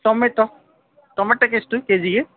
tomato ಟೊಮೆಟೋಗೆಷ್ಟು K ಜಿಗೆ